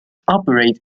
operate